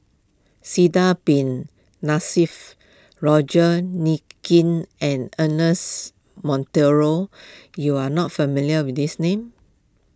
Sidek Bin Roger and Ernest Monteiro you are not familiar with these names